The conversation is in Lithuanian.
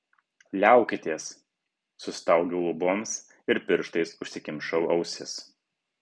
liaukitės sustaugiau luboms ir pirštais užsikimšau ausis